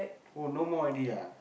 oh no more already ah